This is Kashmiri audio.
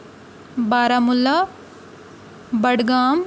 بارہمولہ بڈگام